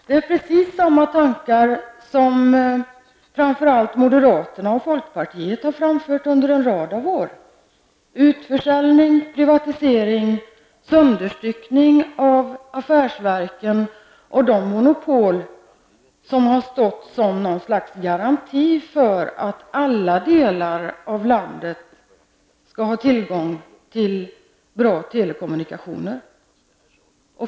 Det är precis samma tankar som framför allt moderaterna och folkpartiet har framfört under en rad år: utförsäljning, privatisering, sönderstyckning av affärsverken och de monopol som har stått som något slags garanti för att alla delar av landet skall ha tillgång till bra telekommunikationer.